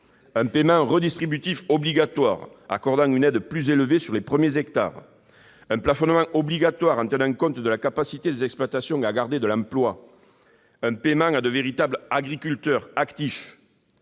un paiement redistributif obligatoire accordant une aide plus élevée sur les premiers hectares, un plafonnement obligatoire tenant compte de la capacité des exploitations à garder de l'emploi, un paiement à de véritables agriculteurs actifs